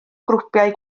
grwpiau